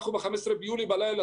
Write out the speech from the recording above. אנחנו במנה"ר שמחנו ב-15 ביולי בלילה